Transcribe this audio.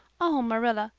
oh, marilla,